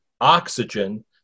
oxygen